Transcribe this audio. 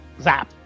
Zap